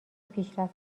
پیشرفت